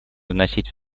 вносить